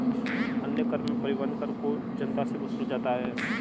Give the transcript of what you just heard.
अन्य कर में परिवहन कर को जनता से वसूला जाता है